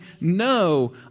no